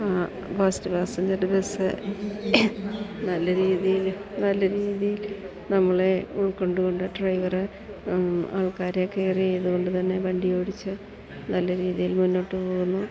fast passenger bus നല്ല രീതിയിൽ നല്ല രീതിയിൽ നമ്മളെ ഉൾക്കൊണ്ടു കൊണ്ട് ഡ്രൈവറെ ആൾക്കാരെ കെയർ ചെയ്തു കൊണ്ട് തന്നെ വണ്ടി ഓടിച്ചു നല്ല രീതിയിൽ മുന്നോട്ട് പോകുന്നു